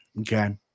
okay